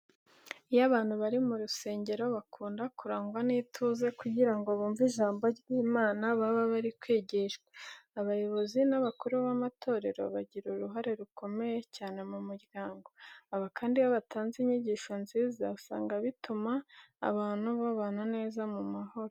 Iyo abantu bari mu rusengero bakunda kurangwa n'ituze kugira ngo bumve ijambo ry'Imana baba bari kwigishwa. Abayobozi n'abakuru b'amatorero bagira uruhare rukomeye cyane mu muryango. Aba kandi iyo batanze inyigisho nziza, usanga bituma abantu babana neza mumahoro.